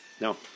No